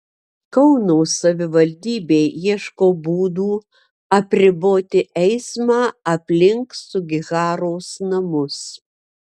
kauno savivaldybė ieško būdų apriboti eismą aplink sugiharos namus